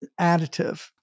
additive